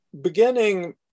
beginning